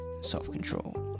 self-control